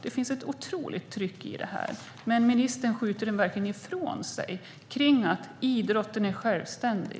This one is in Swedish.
Det finns ett otroligt tryck i detta, men ministern skjuter det ifrån sig och säger att idrotten är självständig.